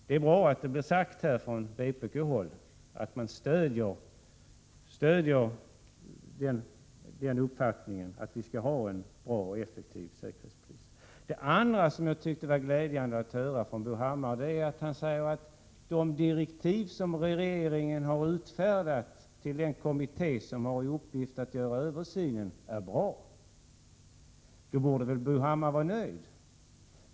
Det är bra att det blev sagt här från vpk-håll att man stöder den uppfattningen att vi skall ha en bra och effektiv säkerhetspolis. Det andra som jag tycker var glädjande att höra från Bo Hammar är att de direktiv som regeringen har utfärdat till den kommitté som har till uppgift att göra översynen är bra. Då borde Bo Hammar vara nöjd.